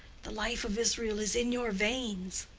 the life of israel is in your veins.